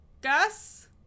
Gus